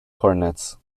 coordinates